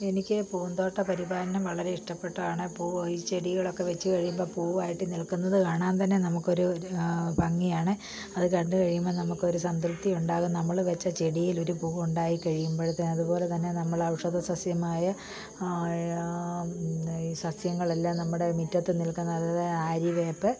എനിക്ക് പൂന്തോട്ട പരിപാലനം വളരെ ഇഷ്ടപ്പെട്ടതാണ് പൂവ് ഈ ചെടികളൊക്കെ വച്ച് കഴിയുമ്പോൾ പൂവായിട്ട് നിൽക്കുന്നത് കാണാൻ തന്നെ നമുക്ക് ഒരു ഭംഗിയാണ് അത് കണ്ടു കഴിയുമ്പം നമുക്കൊരു സംതൃപ്തി ഉണ്ടാകും നമ്മൾ വച്ച ചെടിയിലൊരു പൂവ് ഉണ്ടായിക്കഴിയുമ്പോഴത്തേക്കും അതുപോലെ തന്നെ നമ്മളെ ഔഷധ സസ്യമായ ആയ സസ്യങ്ങളെല്ലാം നമ്മുടെ മുറ്റത്ത് നിൽക്കുന്നത് നല്ല ആര്യവേപ്പ്